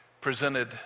presented